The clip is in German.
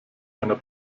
einer